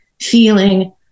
feeling